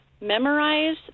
memorize